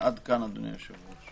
עד כאן, אדוני היושב-ראש.